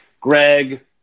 Greg